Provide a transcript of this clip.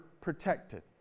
protected